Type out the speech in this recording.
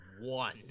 one